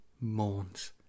mourns